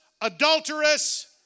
adulterous